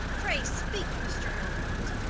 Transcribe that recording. pray, speak, mr. arrowpoint.